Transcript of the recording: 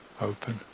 open